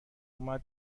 اومد